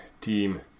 team